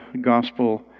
Gospel